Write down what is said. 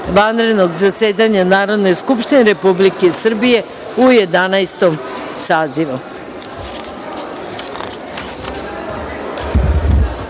vanrednog zasedanja Narodne skupštine Republike Srbije u Jedanaestom